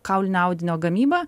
kaulinio audinio gamyba